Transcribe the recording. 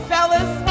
Fellas